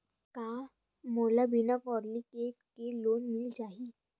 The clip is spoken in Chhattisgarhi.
का मोला बिना कौंटलीकेट के लोन मिल जाही?